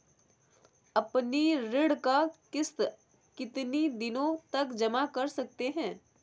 अपनी ऋण का किश्त कितनी दिनों तक जमा कर सकते हैं?